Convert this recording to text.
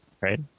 right